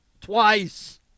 twice